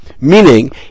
Meaning